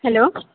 hello